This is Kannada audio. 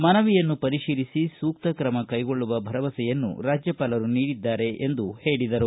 ಮನವಿಯನ್ನು ಪರಿಶೀಲಿಸಿ ಸೂಕ್ತ ಕ್ರಮ ಕೈಗೊಳ್ಳುವ ಭರಮಸೆಯನ್ನು ರಾಜ್ಯಪಾಲರು ನೀಡಿದ್ದಾರೆ ಎಂದು ಹೇಳಿದರು